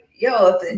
yo